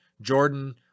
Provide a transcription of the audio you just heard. Jordan